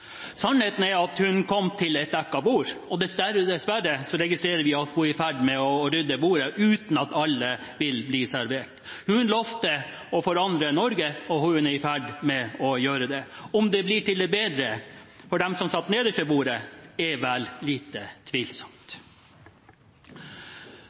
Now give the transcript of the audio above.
Sannheten er at hun kom til dekket bord, og dessverre registrerer vi at hun er i ferd med å rydde bordet uten at alle vil bli servert. Hun lovet å forandre Norge, og hun er nå i ferd med å gjøre det. Om det blir til det bedre for dem som sitter nederst ved bordet, er vel tvilsomt.